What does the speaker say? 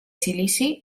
silici